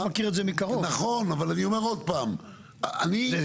אני לא יושב שם.